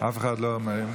אף אחד לא אומר.